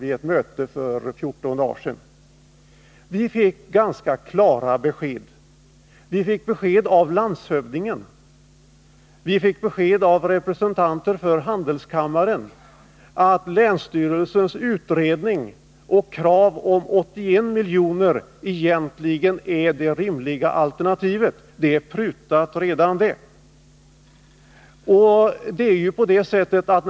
Vi fick då ganska klara besked av landshövdingen och representanter för handelskammaren om att länsstyrelsens utredning och krav på 81 milj.kr. egentligen är det rimliga alternativet. Redan den summan är nämligen prutad.